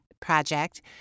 project